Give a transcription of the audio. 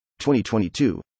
2022